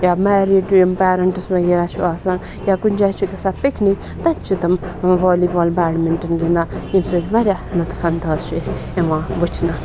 یا مٮ۪ریٖڈ یِم پیرَنٹٕس وغیرہ چھُ آسان یا کُنہِ جایہِ چھِ گژھان پِکنِک تَتہِ چھِ تٕم والی بال بیڈمِنٹَن گِنٛدان ییٚمہِ سۭتۍ واریاہ لطف انداز چھِ أسۍ یِوان وٕچھنہٕ